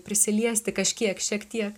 prisiliesti kažkiek šiek tiek